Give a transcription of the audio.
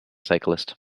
cyclist